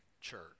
church